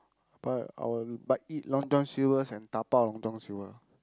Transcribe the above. but our but eat Long-John-Silvers and dabao Long-John-Silvers ah